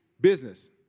Business